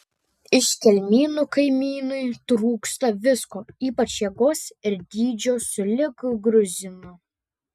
iš kelmynų kaimynui trūksta visko ypač jėgos ir dydžio sulig gruzinu